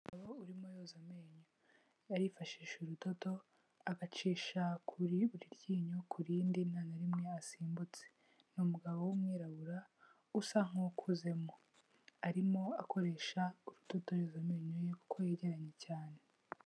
Umugabo urimo yoza amenyo arifashisha urudodo, agacisha kuri buri ryinyo ku rindi nta na rimwe asimbutse, ni umugabo w'umwirabura usa nk'ukuzemo, arimo akoresha urudodo yoza amenyo ye kuko yegeranye cyane.